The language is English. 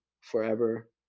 forever